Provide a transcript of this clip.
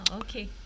okay